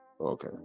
Okay